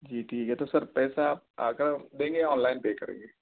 جی ٹھیک ہے تو سر پیسہ آپ آ کر دیں گے یا آن لائن پے کریں گے